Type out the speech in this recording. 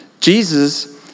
Jesus